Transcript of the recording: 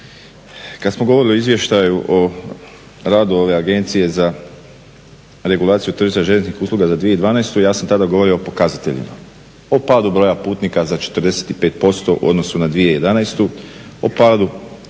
kad smo govorili o Izvještaju o radu ove Agencije za regulaciju tržišta željezničkih usluga za 2012. ja sam tada govorio o pokazateljima. O padu broja putnika za 45% u odnosu na 2011.,